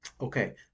Okay